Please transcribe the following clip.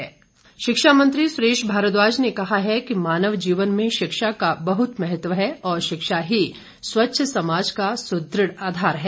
शिक्षा मंत्री शिक्षा मंत्री सुरेश भारद्वाज ने कहा है कि मानव जीवन में शिक्षा का बहत महत्व है और शिक्षा ही स्वच्छ समाज का सुदृढ़ आधार है